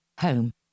home